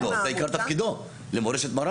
זה עיקר תפקידו, למורשת מרן.